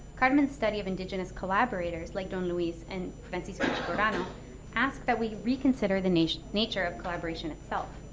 carmen's study of indigenous collaborators like don luis and francisco chicorano ask that we reconsider the nature nature of collaboration itself.